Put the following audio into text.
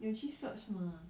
有去 search mah